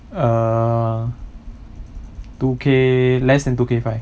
err two K less than two K five